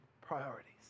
priorities